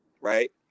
Right